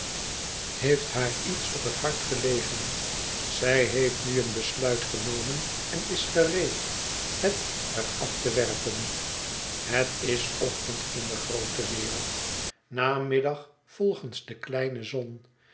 heeft haar iets op het hart gelegen zij heeft nu een besluit genomen en is gereed het er af te werpen het is ochtend in de groote wereld namiddag volgens de kleine zon